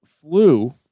flu